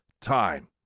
time